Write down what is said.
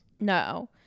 No